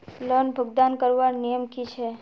Loan भुगतान करवार नियम की छे?